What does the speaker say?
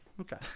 Okay